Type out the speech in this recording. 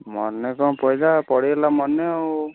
ମନେ କ'ଣ ପଇଲା ପଡ଼ିଗଲା ମନେ ଆଉ